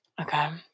Okay